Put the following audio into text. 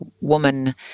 woman